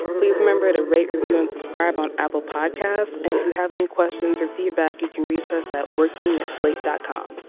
please remember at a rate review and subscribe on apple podcast. and if you have any questions or feedback you can reach us at working at slate dot com.